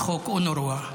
אז אין צורך בייעוץ.